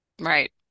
Right